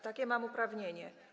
Takie mam uprawnienie.